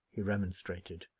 he remonstrated.